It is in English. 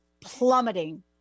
plummeting